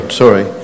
sorry